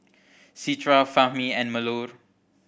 Citra Fahmi and Melur